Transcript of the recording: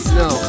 no